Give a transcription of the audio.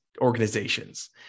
organizations